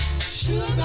Sugar